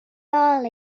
all